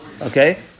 Okay